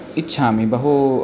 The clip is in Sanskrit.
इच्छामि बहु